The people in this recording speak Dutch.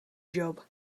job